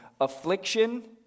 affliction